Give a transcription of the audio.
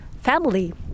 family